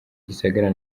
gisagara